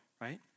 right